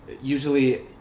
usually